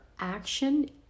action